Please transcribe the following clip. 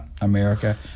America